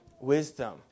wisdom